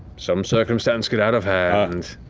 some circumstance get out of hand.